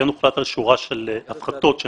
כן הוחלט על שורה של הפחתות של